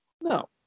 No